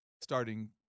starting